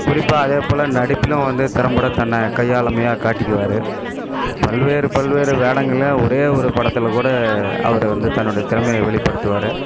குறிப்பாக அதேப்போல நடிப்பிலும் வந்து திறம்பட தன்ன கையாளுமையா காட்டிக்குவார் பல்வேறு பல்வேறு வேடங்களிலையும் ஒரே ஒரு படத்திலக்கூட அவரு வந்து தன்னுடைய திறமையை வெளிப்படுத்துவார்